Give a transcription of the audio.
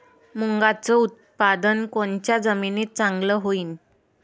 मुंगाचं उत्पादन कोनच्या जमीनीत चांगलं होईन?